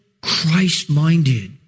Christ-minded